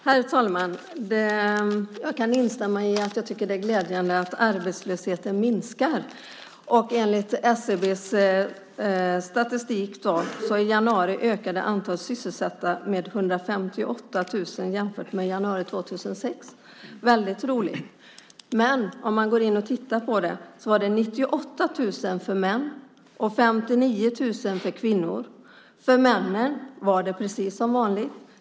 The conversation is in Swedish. Herr talman! Jag kan instämma i att det är glädjande att arbetslösheten minskar. Enligt SCB:s statistik ökade antalet sysselsatta i januari med 158 000 jämfört med januari 2006. Det är väldigt roligt. Tittar man närmare på det ser man att det var 98 000 för män och 59 000 för kvinnor. För männen var det precis som vanligt.